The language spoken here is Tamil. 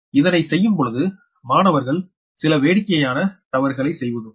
இதனை செய்யும்பொழுது மாணவர்கள் சில வேடிக்கையான தவறுகளை செய்வதுண்டு